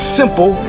simple